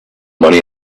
money